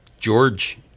George